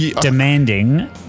demanding